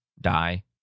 die